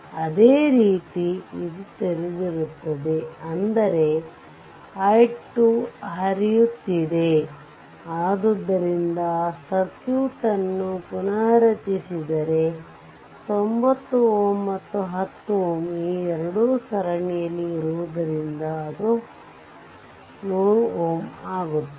ಅದೇ ರೀತಿ ಇದು ತೆರೆದಿರುತ್ತದೆ ಅಂದರೆ i2 ಹರಿಯುತ್ತಿದೆ ಆದ್ದರಿಂದ ಸರ್ಕ್ಯೂಟ್ ಅನ್ನು ಪುನಃ ರಚಿಸಿದರೆ 90 Ω ಮತ್ತು 10 Ω ಈ ಎರಡು ಸರಣಿಯಲ್ಲಿ ಇರುವುದರಿಂದ ಅದು 100Ω ಆಗುತ್ತದೆ